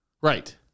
Right